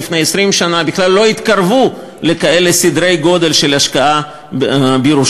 ולפני 20 שנה בכלל לא התקרבו לכאלה סדרי גודל של השקעה בירושלים.